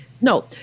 no